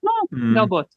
nu galbūt